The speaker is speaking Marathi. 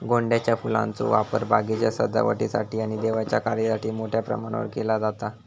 गोंड्याच्या फुलांचो वापर बागेच्या सजावटीसाठी आणि देवाच्या कार्यासाठी मोठ्या प्रमाणावर केलो जाता